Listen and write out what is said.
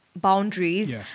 boundaries